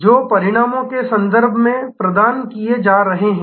जो परिणामों के संदर्भ में प्रदान किए जा रहे हैं